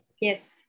Yes